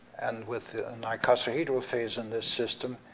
and with an icosahedral phase in this system.